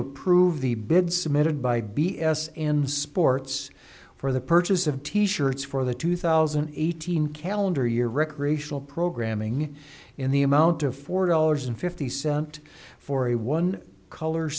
approve the bid submitted by b s and sports for the purchase of t shirts for the two thousand eight hundred calendar year recreational programming in the amount of four dollars and fifty cent for a one color